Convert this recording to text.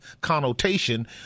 connotation